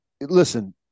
listen